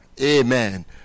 Amen